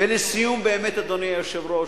ולסיום, אדוני היושב-ראש,